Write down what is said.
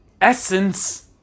essence